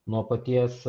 nuo paties